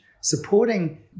supporting